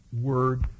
Word